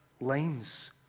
lines